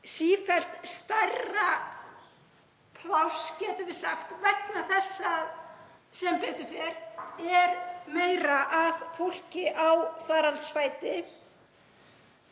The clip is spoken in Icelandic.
sífellt stærra pláss, getum við sagt, vegna þess að sem betur fer er meira af fólki á faraldsfæti.